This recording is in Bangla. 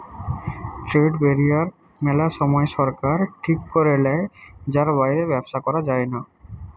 ট্রেড ব্যারিয়ার মেলা সময় সরকার ঠিক করে লেয় যার বাইরে ব্যবসা করা যায়না